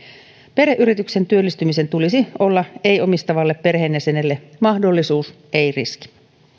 perheyritykseen työllistymisen tulisi olla ei omistavalle perheenjäsenelle mahdollisuus ei riski